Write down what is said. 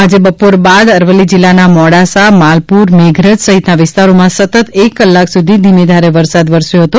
આજે બપોર બાદ અરવલ્લી જિલ્લાના મોડાસા માલપુર મેઘરજ સહિતના વિસ્તારોમાં સતત એક કલાક સુધી ધીમીધારે વરસાદ વરસ્યો હતો